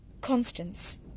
Constance